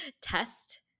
test